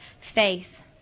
faith